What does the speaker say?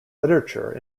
literature